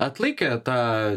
atlaikė tą